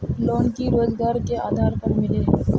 Loan की रोजगार के आधार पर मिले है?